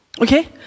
Okay